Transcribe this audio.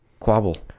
quabble